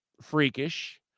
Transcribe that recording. freakish